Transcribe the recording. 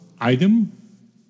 item